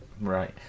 Right